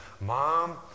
Mom